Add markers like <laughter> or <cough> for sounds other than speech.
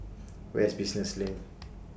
Where IS Business LINK <noise>